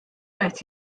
qed